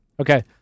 Okay